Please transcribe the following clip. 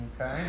Okay